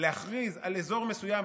להכריז על אזור מסוים,